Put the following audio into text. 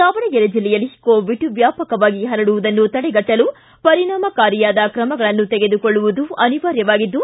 ದಾವಣಗೆರೆ ಜಿಲ್ಲೆಯಲ್ಲಿ ಕೋವಿಡ್ ವ್ಕಾಪಕವಾಗಿ ಪರಡುವುದನ್ನು ತಡೆಗಟ್ಟಲು ಪರಿಣಾಮಕಾರಿಯಾದ ಕ್ರಮಗಳನ್ನು ತೆಗೆದುಕೊಳ್ಳುವುದು ಅನಿವಾರ್ಯವಾಗಿದ್ದು